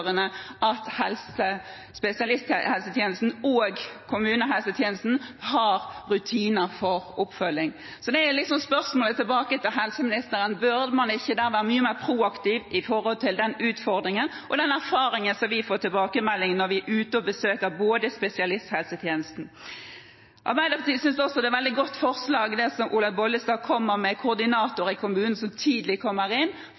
spesialisthelsetjenesten og kommunehelsetjenesten har rutiner for oppfølging. Et spørsmål til helseministeren er om man ikke burde være mye mer proaktiv når det gjelder utfordringene og erfaringene vi får tilbakemelding om når vi er ute og besøker spesialisthelsetjenesten. Arbeiderpartiet synes også det er et veldig godt forslag Olaug Bollestad kommer med, om en koordinator i kommunen som kommer inn